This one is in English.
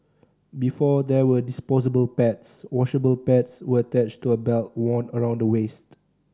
before there were disposable pads washable pads were attached to a belt worn around the waist